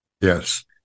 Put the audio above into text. Yes